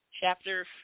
chapter